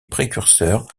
précurseurs